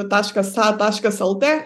taškas a taškas lt